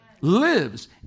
lives